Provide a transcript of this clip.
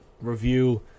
review